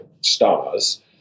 stars